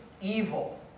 evil